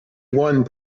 one